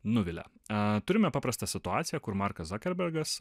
nuvilia turime paprastą situaciją kur markas zakerbergas